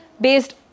based